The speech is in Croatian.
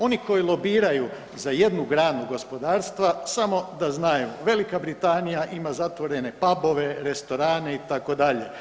Oni koji lobiraju za jednu granu gospodarstva samo da znaju Velika Britanija ima zatvorene pabove, restorane itd.